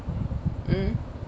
mm